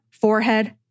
forehead